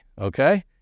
Okay